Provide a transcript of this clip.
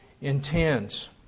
intends